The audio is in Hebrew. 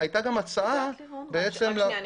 רק רגע.